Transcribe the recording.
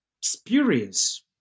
spurious